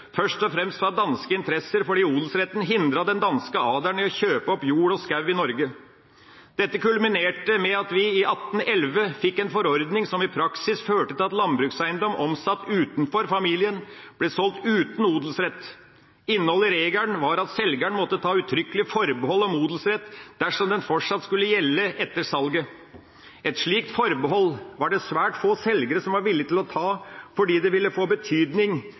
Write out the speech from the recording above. først og fremst fra danske interesser fordi odelsretten hindret den danske adelen i å kjøpe opp jord og skog i Norge. Dette kulminerte med at vi i 1811 fikk en forordning som i praksis førte til at landbrukseiendom omsatt utenfor familien ble solgt uten odelsrett. Innholdet i regelen var at selgeren måtte ta uttrykkelig forbehold om odelsrett dersom den fortsatt skulle gjelde etter salget. Et slikt forbehold var det svært få selgere som var villige til å ta, fordi det ville få betydning